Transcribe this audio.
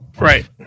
Right